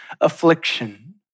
affliction